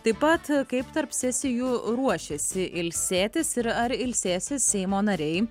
taip pat kaip tarp sesijų ruošėsi ilsėtis ir ar ilsėsis seimo nariai